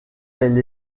elle